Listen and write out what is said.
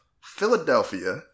Philadelphia